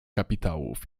kapitałów